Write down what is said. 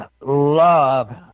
love